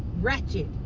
wretched